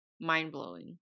mind-blowing